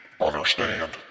Understand